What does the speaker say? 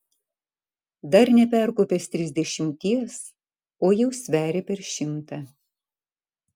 dar neperkopęs trisdešimties o jau sveria per šimtą